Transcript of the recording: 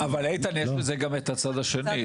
יש בזה גם את הצד השני.